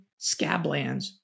Scablands